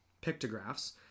pictographs